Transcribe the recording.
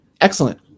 excellent